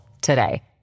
today